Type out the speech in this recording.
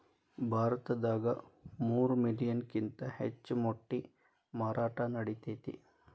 ಭಾರತದಾಗ ಮೂರ ಮಿಲಿಯನ್ ಕಿಂತ ಹೆಚ್ಚ ಮೊಟ್ಟಿ ಮಾರಾಟಾ ನಡಿತೆತಿ